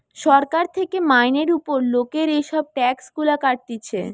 সরকার থেকে মাইনের উপর লোকের এসব ট্যাক্স গুলা কাটতিছে